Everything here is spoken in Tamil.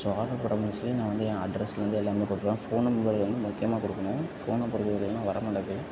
ஸோ ஆர்டர் போடுற மோஸ்ட்லி நான் வந்து ஏன் அட்ரஸ்லேருந்து எல்லாமே போட்டுருவேன் ஃபோன் நம்பர் வந்து முக்கியமாக கொடுக்கணும் ஃபோன் நம்பர் கொடுக்கலைன்னா வர மாட்டாங்க